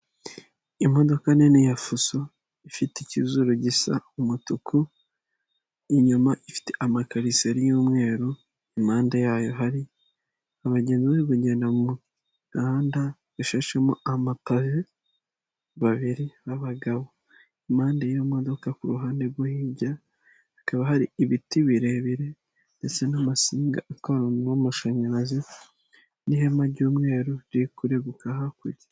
Imodoka nini ya fuso ifite ikizuru gisa umutuku inyuma ifite amakarisori y'umwe impande yayo hari abagenzi bari kugenda mugahanda gashashemo amapave babiri b'abagabo, impande y'iyo modoka ku ruhande rwo hirya hakaba hari ibiti birebire ndetse n'amasinga atwara umuriro w'amashanyarazi n'ihema ry'umweru riri kureguka hakurya.